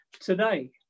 today